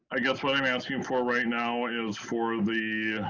i guess what i'm asking for right now is for the